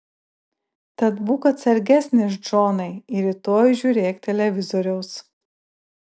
tad būk atsargesnis džonai ir rytoj žiūrėk televizoriaus